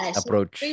approach